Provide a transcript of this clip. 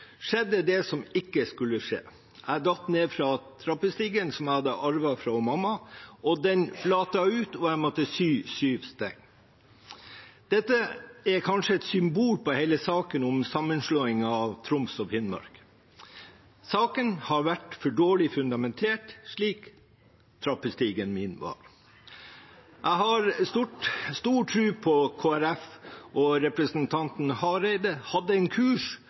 skjedde det som ikke skulle skje. Jeg datt ned fra trappestigen som jeg hadde arvet av mamma. Den flatet ut, og jeg måtte sy syv sting. Dette er kanskje et symbol på hele saken om sammenslåingen av Troms og Finnmark. Saken har vært for dårlig fundamentert, slik trappestigen min var. Jeg hadde stor tro på Kristelig Folkeparti, og representanten Hareide hadde en kurs